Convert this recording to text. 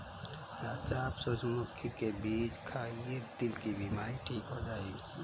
चाचा आप सूरजमुखी के बीज खाइए, दिल की बीमारी ठीक हो जाएगी